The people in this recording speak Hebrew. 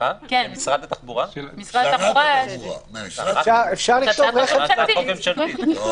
זו הצעת חוק ממשלתית.